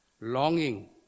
longing